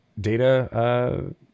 data